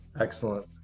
Excellent